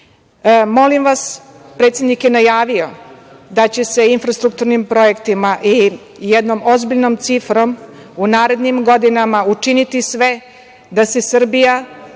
teško. Molim vas, predsednik je najavio da će se infrastrukturnim projektima i jednom ozbiljnom cifrom u narednim godinama učiniti sve da se Srbija